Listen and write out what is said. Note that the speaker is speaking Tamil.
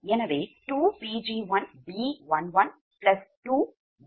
எனவே 2Pg1B112B12Pg2